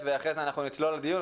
אחרי זה אנחנו נצלול לדיון,